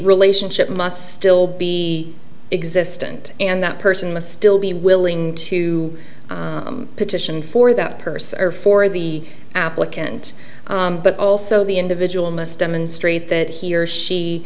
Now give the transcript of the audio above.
relationship must still be existant and that person must still be willing to petition for that person or for the applicant but also the individual must demonstrate that he or she